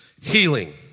Healing